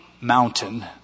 mountain